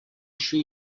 еще